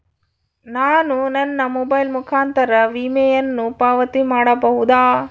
ನಾನು ನನ್ನ ಮೊಬೈಲ್ ಮುಖಾಂತರ ವಿಮೆಯನ್ನು ಪಾವತಿ ಮಾಡಬಹುದಾ?